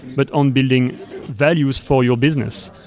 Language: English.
but on building values for your business.